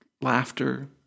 laughter